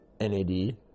NAD